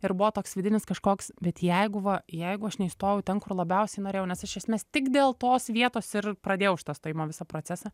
ir buvo toks vidinis kažkoks bet jeigu va jeigu aš neįstojau ten kur labiausiai norėjau nes iš esmės tik dėl tos vietos ir pradėjau šitą stojimo visą procesą